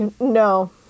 no